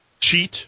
Cheat